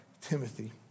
Timothy